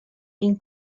این